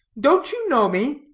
don't you know me?